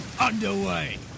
underway